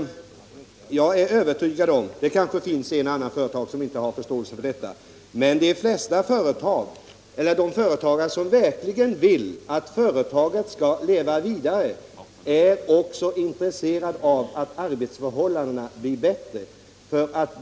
Det kanske finns en eller annan företagare som inte har förståelse för detta, men jag är övertygad om att de företagare som verkligen vill att deras företag skall leva vidare också är intresserade av att arbetsförhållandena blir bättre.